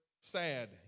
sad